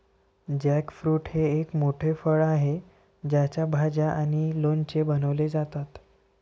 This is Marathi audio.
जॅकफ्रूट हे एक मोठे फळ आहे ज्याच्या भाज्या आणि लोणचे बनवले जातात